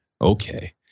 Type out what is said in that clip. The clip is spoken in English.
Okay